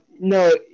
no